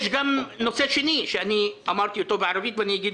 יש גם נושא שני שאמרתי אותו בערבית ואני אגיד